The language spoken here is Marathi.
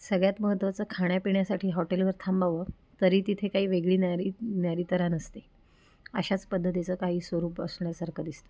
सगळ्यात महत्त्वाचं खाण्यापिण्यासाठी हॉटेलवर थांबावं तरी तिथे काही वेगळी न्यारी न्यारी तऱ्हा नसते अशाच पद्धतीचं काही स्वरूप असल्यासारखं दिसतं